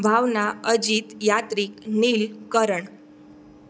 Bhavna Ajit Yatrik Neel Karan